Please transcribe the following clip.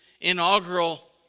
inaugural